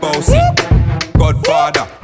Godfather